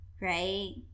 right